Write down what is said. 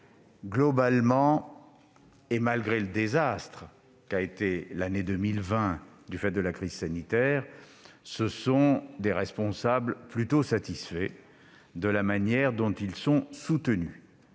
et, malgré le désastre qu'a été l'année 2020 du fait de la crise sanitaire, ils sont plutôt satisfaits de la manière dont ils sont soutenus.